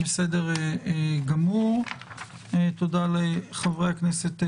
תודה לחברי הכנסת בגין,